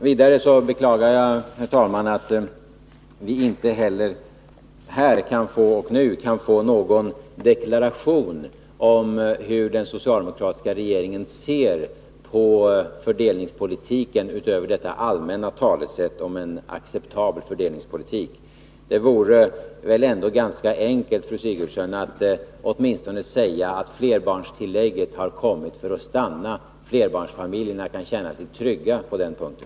Vidare, herr talman, beklagar jag att vi inte heller nu kan få någon deklaration om hur den socialdemokratiska regeringen ser på fördelningspolitiken, utöver det allmänna talet om en acceptabel fördelningspolitik. Det vore väl ändå ganska enkelt, fru Sigurdsen, att åtminstone säga att flerbarnstillägget har kommit för att stanna, så att flerbarnsfamiljerna kan känna sig trygga på den punkten.